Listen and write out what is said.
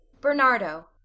Bernardo